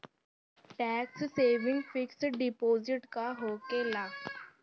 Tax saving fix deposit का होखे ला?